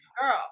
girl